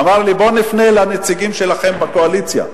אמר לי: בוא נפנה לנציגים שלכם בקואליציה.